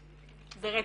באמת,